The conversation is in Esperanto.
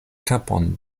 kapon